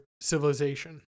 civilization